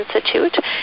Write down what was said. Institute